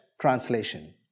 translation